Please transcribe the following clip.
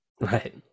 right